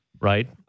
Right